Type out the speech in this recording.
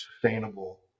sustainable